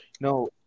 No